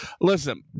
Listen